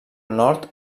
nord